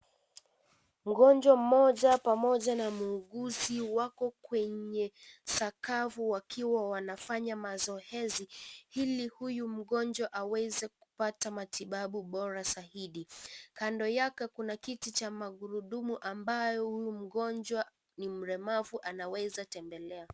Mgonjwa mmoja pamoja na muuguzi wako kwenye sakafu wakiwa wanafanya mazoezi ili huyu mgonjwa aweze kupata matibabu bora zaidi. Kando yake kuna kiti cha magurudumu ambayo huyu mgonjwa ni mlemavu anaweza tembelea.